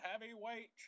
Heavyweight